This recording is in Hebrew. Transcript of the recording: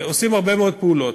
עושים הרבה מאוד פעולות.